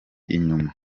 inyuma